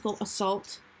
assault